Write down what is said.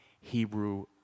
Hebrew